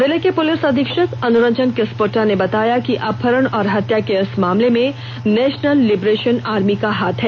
जिले के पुलिस अधीक्षक अनुरंजन किस्पोट्टा ने बताया कि अपहरण और हत्या के इस मामले में नेशनल लिबरेशन आर्मी का हाथ है